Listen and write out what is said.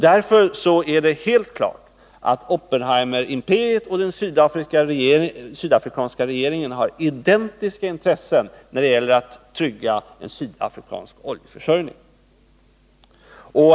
Därför är det helt klart att Oppenheimerimperiet och den sydafrikanska regeringen har identiska intressen när det gäller att trygga en sydafrikansk oljeförsörjning.